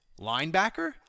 linebacker